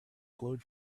glowed